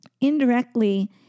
Indirectly